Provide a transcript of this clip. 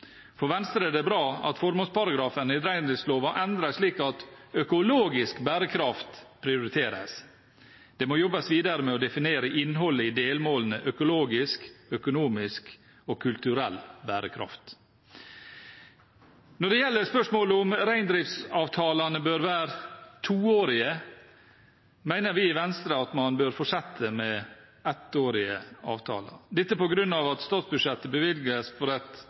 For Venstre er det bra at formålsparagrafen i reindriftsloven endres slik at økologisk bærekraft prioriteres. Det må jobbes videre med å definere innholdet i delmålene økologisk, økonomisk og kulturell bærekraft. Når det gjelder spørsmålet om hvorvidt reindriftsavtalene bør være toårige, mener vi i Venstre at man bør fortsette med ettårige avtaler, dette på grunn av at statsbudsjettet bevilges for